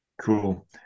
Cool